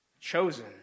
Chosen